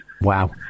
Wow